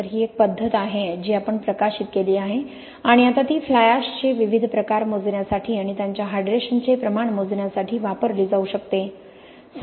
तर ही एक पद्धत आहे जी आपण प्रकाशित केली आहे आणि आता ती फ्लाय ऍशेसचे विविध प्रकार मोजण्यासाठी आणि त्यांच्या हायड्रेशनचे प्रमाण मोजण्यासाठी वापरली जाऊ शकते